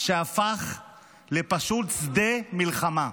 שהפך לפשוט שדה מלחמה.